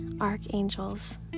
archangels